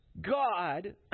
God